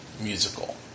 musical